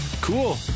cool